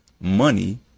money